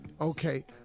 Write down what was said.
okay